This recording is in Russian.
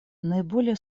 наиболее